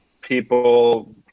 people